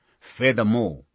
Furthermore